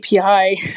API